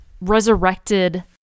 resurrected